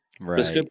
right